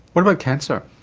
what about cancer?